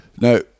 Now